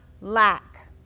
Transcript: lack